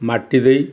ମାଟି ଦେଇ